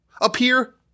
appear